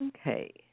Okay